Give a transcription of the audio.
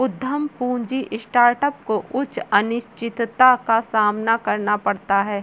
उद्यम पूंजी स्टार्टअप को उच्च अनिश्चितता का सामना करना पड़ता है